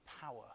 power